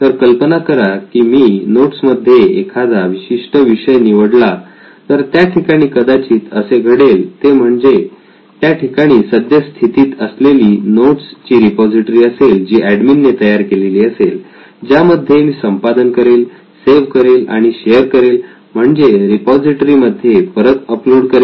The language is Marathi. तर कल्पना करा की मी नोट्समध्ये एखादा विशिष्ट विषय निवडला तर त्या ठिकाणी कदाचित असे घडेल ते म्हणजे त्या ठिकाणी सद्य स्थितीत असलेली नोट्स ची रिपॉझिटरी असेल जी एडमिन ने तयार केलेली असेल ज्यामध्ये मी संपादन करेल सेव्ह करेल आणि शेअर करेल म्हणजे रिपॉझिटरी मध्ये परत अपलोड करेल